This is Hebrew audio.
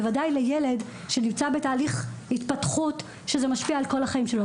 בוודאי לילד שנמצא בתהליך התפתחות שזה משפיע על כל החיים שלו.